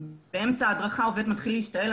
באמצע הדרכה עובד מתחיל להשתעל,